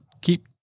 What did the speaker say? keep